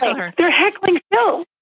her there. heckling? no,